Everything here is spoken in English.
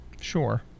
Sure